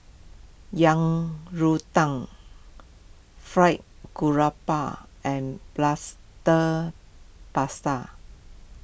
Yang Rou Tang Fried Garoupa and Plaster pasta